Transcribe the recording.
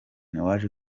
waje